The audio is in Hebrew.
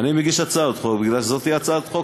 אני מגיש הצעת חוק מפני שזו הצעת חוק